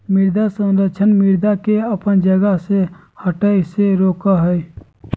मृदा संरक्षण मृदा के अपन जगह से हठय से रोकय हइ